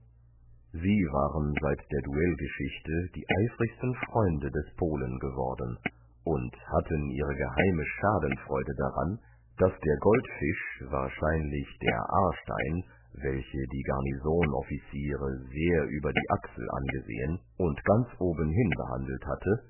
sie waren seit der duellgeschichte die eifrigsten freunde des polen geworden und hatten ihre geheime schadenfreude daran daß der goldfisch wahrscheinlich der aarstein welche die garnisonoffiziere sehr über die achsel angesehen und ganz obenhin behandelt hatte